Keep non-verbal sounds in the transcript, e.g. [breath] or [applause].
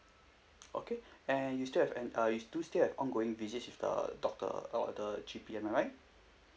okay [breath] and you still have an uh you do still have ongoing visits with the doctor or the G_P am I right